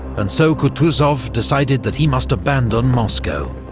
and so kutuzov decided that he must abandon moscow.